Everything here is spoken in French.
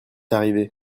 arrivé